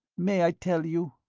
may i tell you?